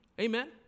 Amen